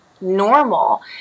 normal